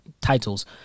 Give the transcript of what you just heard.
titles